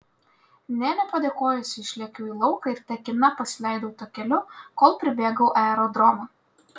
nė nepadėkojusi išlėkiau į lauką ir tekina pasileidau takeliu kol pribėgau aerodromą